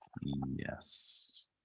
Yes